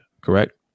correct